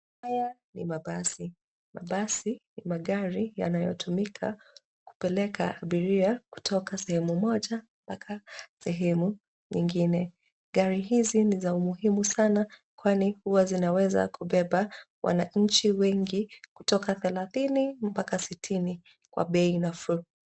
Haya ni mabasi. Mabasi ni magari yanayotumika kupeleka abiria kutoka sehemu moja mpaka sehemu nyingine. Gari hizi ni za umuhimu sana, kwani huwa zinaweza kubeba wanaanchi wengi kutoka thelathini mpaka sitini kwa bei nafuu.